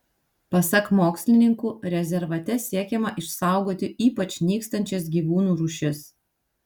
pasak mokslininkų rezervate siekiama išsaugoti ypač nykstančias gyvūnų rūšis